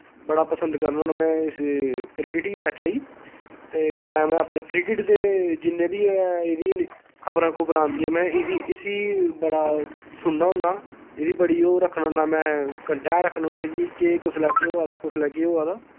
बड़ा पसंद करना होन्ना मै इस क्रिकेट ही मैचा ही ते कन्नै मै अपने क्रिकेट दे जिन्ने बी एह्दी खबरां खुबरां आंदियां मै एह्दी इसी बड़ा सुनना होन्ना एह्दी बड़ी ओह् रक्खना होन्ना मैं कंटैह् रक्खना होन्ना कि केह् कुसलै केह् होआ दा कुसलै केह् होआ दा